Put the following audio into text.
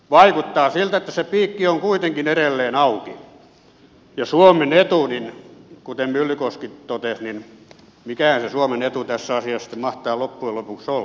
vaikuttaa siltä että piikki on kuitenkin edelleen auki ja suomen etu kuten myllykoski totesi mikähän se suomen etu tässä asiassa mahtaa loppujen lopuksi olla